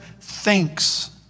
thinks